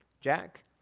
jack